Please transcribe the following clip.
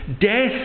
death